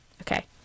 Okay